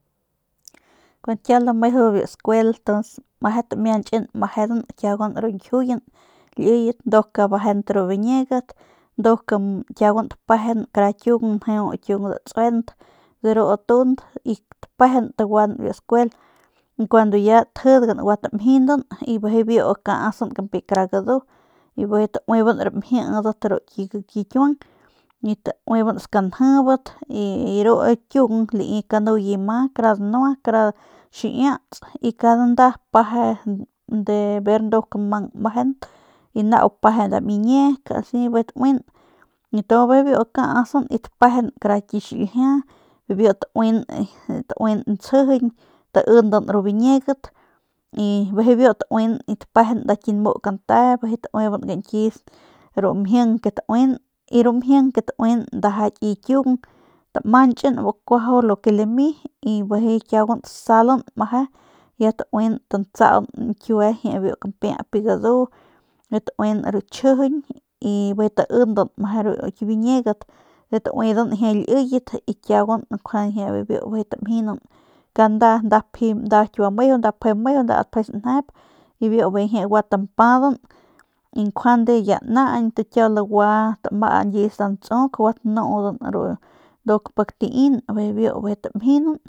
Kun kiau lameje biu skuel mejen tamiachan mejenan kiaguan ru ñjiuyen liyen nduk abejent ru biñiegat nduk kiaguan tapejen kara kiung njeu kara kiung datsuent de ru tunt y tapejen taguan biu skuel cuando ya tjidgan gua tamjindan y bijiy biu kasan kara kampiy gadu y bijiy tauiban ramjidat de ru ki kiuang y tauiban skanjibat y ru kiung lami kanuye ma kara danua kara xiiatsy cada nda peje ber nduk mang nmejent y nau peje nda miñiek y asi bijiy taun y tu bijiy biu kasan y tapejen kara ki xiljia y biu tauin ntsijiñ taindan ru biñiegat i bijiy biu tapejen nda ki nmu kante bijiy tauiban kañki ru mjing que tauin y ru mjing ke tauin ndaja ki kiung tamanchan bu kuajau lo que lami y bijiy kiaguan tasalan y bijiy tantsaun ki ñkiue biu ki kampieyp gadu y tauin ru chjijiñ y bijiy taindan ru ki biñiegat y bijiy tauidan jie liyet y kiaguan bijiy biu jie tamjinan kada nda pji nda mejeu nda asta pje meju nda pje sanjep y biu bijiy jie gua tampadan y ya njuande ya nanañ kiau lagua tama kius nda ntsuk lagua lanudan ru pik tainan bijiy biu bijiy tamjinan.